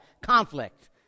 conflict